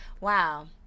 Wow